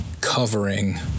covering